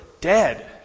dead